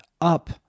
Up